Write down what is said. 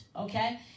Okay